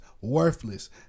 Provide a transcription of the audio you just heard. Worthless